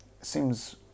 seems